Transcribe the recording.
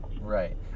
right